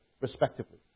respectively